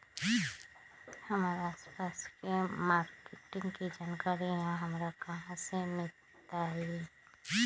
हमर आसपास के मार्किट के जानकारी हमरा कहाँ से मिताई?